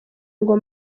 ngo